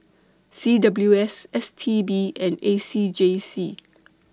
C W S S T B and A C J C